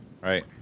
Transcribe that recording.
Right